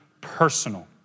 personal